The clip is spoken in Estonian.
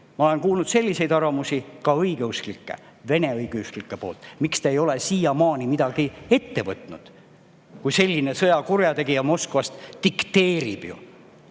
Ma olen kuulnud selliseid arvamusi ka õigeusklikelt, vene õigeusklikelt, et miks te ei ole siiamaani midagi ette võtnud, kui selline sõjakurjategija Moskvast dikteerib